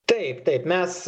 taip taip mes